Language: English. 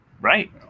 right